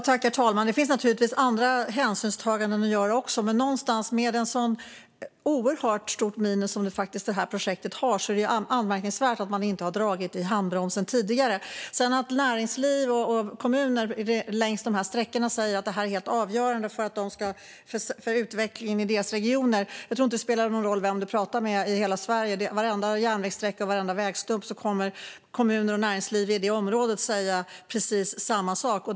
Herr talman! Det finns naturligtvis också andra hänsynstaganden att göra. Men med ett så oerhört stort minus som projektet har är det anmärkningsvärt att man inte har dragit i handbromsen tidigare. Näringsliv och kommuner längs sträckorna säger att det är helt avgörande för utvecklingen i deras regioner. Jag tror inte att det spelar någon roll vem du pratar med i hela Sverige. När det gäller varenda järnvägssträcka och vägstump kommer kommuner och näringsliv i det området att säga precis samma sak.